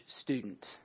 student